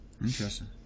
Interesting